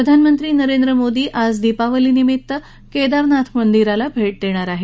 प्रधान मंत्री नरेंद्र मोदी आज दीपावली निमित्त केदारनाथ मंदिराला भेट देणार आहेत